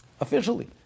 officially